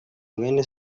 mwene